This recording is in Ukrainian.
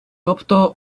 тобто